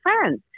friends